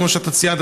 כפי שאתה ציינת,